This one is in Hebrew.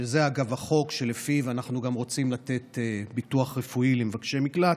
שזה אגב החוק שלפיו אנחנו גם רוצים לתת ביטוח רפואי למבקשי מקלט,